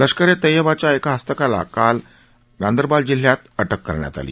लष्कर ए तय्यबाच्या एका हस्तकाला काल गांदरबाल जिल्ह्यात अटक करण्यात आली